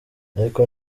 ariko